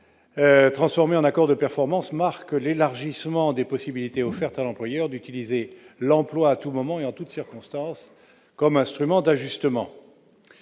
de notre rapporteur, marque l'élargissement des possibilités offertes à l'employeur d'utiliser l'emploi à tout moment et en toutes circonstances comme un instrument d'ajustement.